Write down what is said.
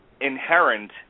inherent